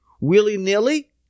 willy-nilly